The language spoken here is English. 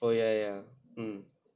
oh yeah yeah mm